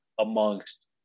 amongst